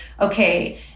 okay